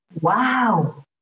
wow